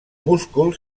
múscul